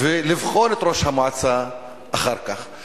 ולבחון את ראש המועצה אחר כך.